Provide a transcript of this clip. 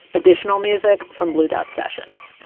additional music from blue dot sessions.